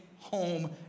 home